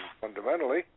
fundamentally